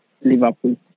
Liverpool